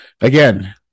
again